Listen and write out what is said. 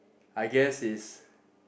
I guess its